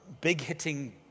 big-hitting